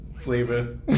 Flavor